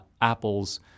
Apple's